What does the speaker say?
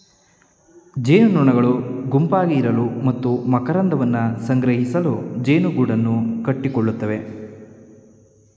ಜೇನುನೊಣಗಳು ಗುಂಪಾಗಿ ಇರಲು ಮತ್ತು ಮಕರಂದವನ್ನು ಸಂಗ್ರಹಿಸಲು ಜೇನುಗೂಡನ್ನು ಕಟ್ಟಿಕೊಳ್ಳುತ್ತವೆ